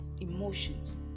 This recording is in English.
emotions